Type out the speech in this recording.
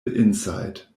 insight